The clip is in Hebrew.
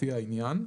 לפי העניין,"